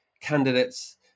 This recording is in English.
candidates